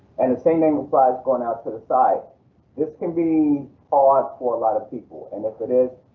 and the same thing with applies going out to the side this can be ah hard for a lot of people, and if it is,